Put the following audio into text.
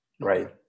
right